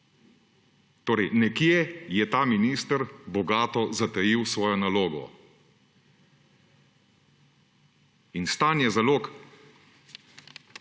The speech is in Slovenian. Torej, nekje je ta minister bogato zatajil svojo nalogo. Stanje zalog